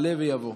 יעלה ויבוא.